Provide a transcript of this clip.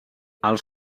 els